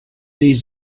these